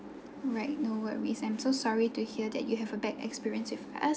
right no worries I'm so sorry to hear that you have a bad experience with us